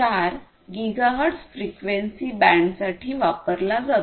4 gigahertz frequency बँडसाठी वापरला जातो